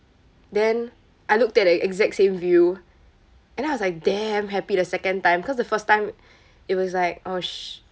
then I looked at the exact same view and then I was like damn happy the second time cause the first time it was like oh sh~